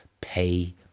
pay